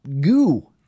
Goo